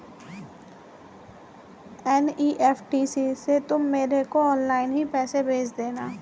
NEFT से तुम मेरे को ऑनलाइन ही पैसे भेज देना